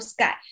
Sky